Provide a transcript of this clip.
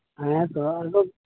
ᱦᱮᱸᱛᱚ ᱟᱫᱚ